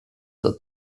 that